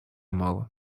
мало